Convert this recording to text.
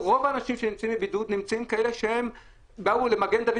רוב האנשים שנמצאים בבידוד הם כאלה שבאו למגן דוד,